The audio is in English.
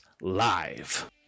live